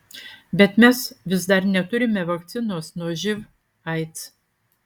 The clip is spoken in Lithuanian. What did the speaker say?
bet mes vis dar neturime vakcinos nuo živ aids